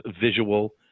visual